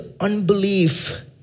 unbelief